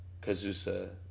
Kazusa